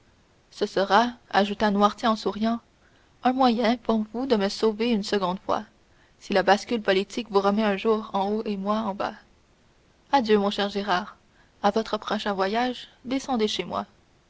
ce sera ajouta noirtier en souriant un moyen pour vous de me sauver une seconde fois si la bascule politique vous remet un jour en haut et moi en bas adieu mon cher gérard à votre prochain voyage descendez chez moi